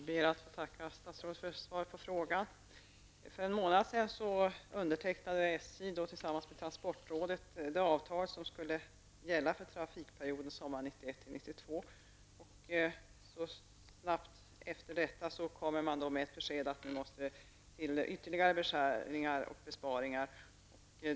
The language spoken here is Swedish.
Herr talman! Jag ber att få tacka statsrådet för svaret på frågan. 1992. Så här kort tid efter detta kommer det ett besked om att ytterligare besparingar måste ske.